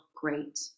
great